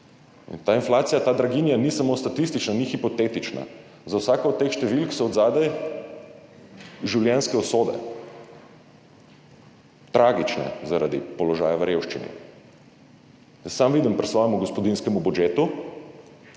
In ta inflacija, ta draginja ni samo statistična, ni hipotetična, za vsako od teh številk so odzadaj življenjske usode, tragične zaradi položaja v revščini. Jaz sam vidim pri svojem gospodinjskem budžetu,